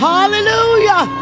Hallelujah